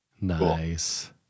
Nice